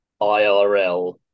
IRL